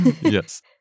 Yes